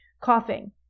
Coughing